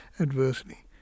adversely